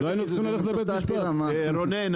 רונן,